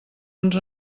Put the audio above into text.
uns